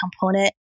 component